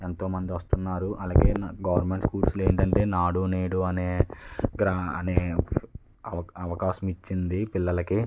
ఎంతో మంది వస్తున్నారు అలాగే గవర్నమెంట్ స్కూల్స్లో ఏంటంటే నాడు నేడు అనే గ్రామ అనే పిల్లలకి